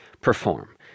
perform